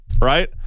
right